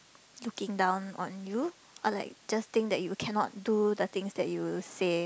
looking down on you or like just think that you cannot do the things that you'll say